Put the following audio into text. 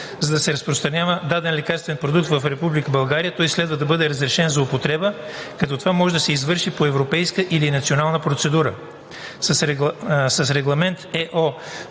за да се разпространява даден лекарствен продукт в Република България, той следва да бъде разрешен за употреба, като това може да се извърши по европейска или национална процедура. С Регламент (ЕО)